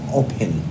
open